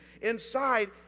inside